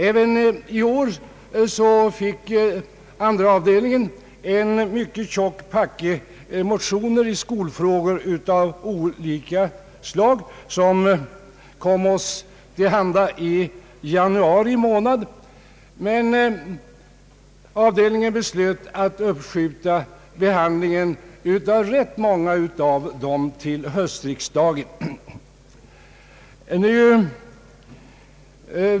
Även i år fick andra avdelningen en mycket tjock packe motioner i skolfrågor av olika slag. Motionerna kom oss till handa i januari månad, men avdelningen beslöt att uppskjuta behandlingen av rätt många av dem till höstriksdagen.